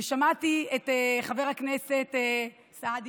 ושמעתי את חבר הכנסת סעדי